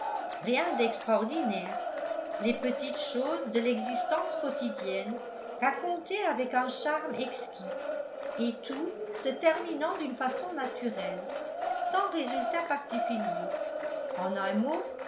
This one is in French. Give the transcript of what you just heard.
rien d'extraordinaire les petites choses de l'existence quotidienne racontées avec un charme exquis et tout se terminant d'une façon naturelle sans résultat particulier en un mot